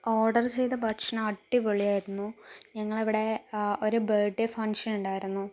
order ചെയ്ത ഭക്ഷണം അടിപൊളിയായിരുന്നു ഞങ്ങള ഇവിടെ ഒരു ബേഡേ ഫംഗ്ഷനിണ്ടായിരുന്നു